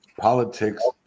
politics